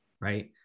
right